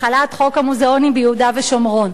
החלת חוק המוזיאונים ביהודה ושומרון,